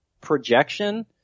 projection